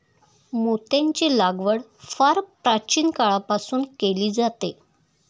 मोत्यांची लागवड फार प्राचीन काळापासून केली जाते